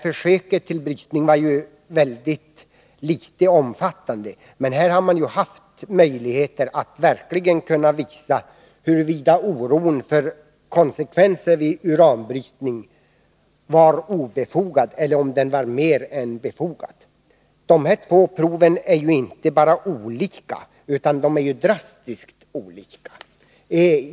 Försöket till brytning var av mycket liten omfattning, men man har här haft möjligheter att verkligen visa huruvida oron för konsekvenserna vid uranbrytning var obefogad eller mer än befogad. De två provresultaten är inte bara olika, de är drastiskt olika.